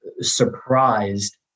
surprised